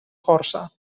força